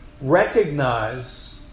Recognize